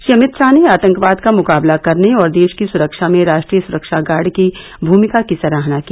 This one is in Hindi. श्री अमित शाह ने आतंकवाद का मुकाबला करने और देश की सुरक्षा में राष्ट्रीय सुरक्षा गार्ड की मूमिका की सराहना की